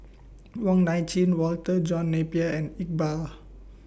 Wong Nai Chin Walter John Napier and Iqbal